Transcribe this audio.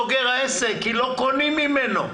העסק כי לא קונים ממנו.